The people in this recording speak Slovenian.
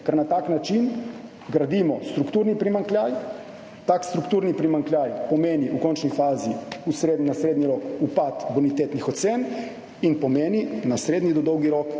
ker na tak način gradimo strukturni primanjkljaj. Tak strukturni primanjkljaj pomeni v končni fazi na srednji rok upad bonitetnih ocen in pomeni dejansko